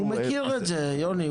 הוא מכיר את זה, יוני.